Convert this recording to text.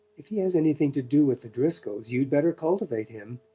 if he has anything to do with the driscolls you'd better cultivate him!